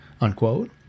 unquote